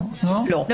לא.